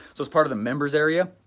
so it's part of the members' area,